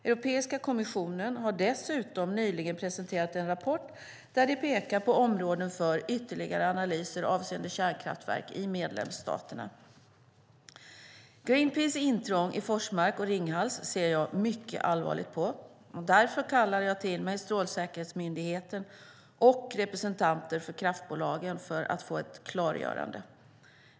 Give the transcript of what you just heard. Europeiska kommissionen har dessutom nyligen presenterat en rapport där de pekar på områden för ytterligare analyser avseende kärnkraftverk i medlemsstaterna. Greenpeaces intrång i Forsmark och Ringhals ser jag mycket allvarligt på, och därför kallade jag till mig Strålsäkerhetsmyndigheten och representanter för kraftbolagen för att få ett klargörande.